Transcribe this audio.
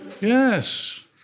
Yes